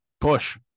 Push